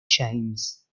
james